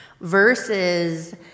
versus